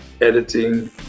editing